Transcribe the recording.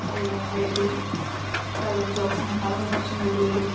I I T private ജോബ്സിനേക്കാളൊക്കെ കുറച്ചും കൂടി ഒരു